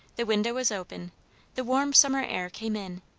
the window was open the warm summer air came in,